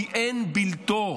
כי אין בלתו.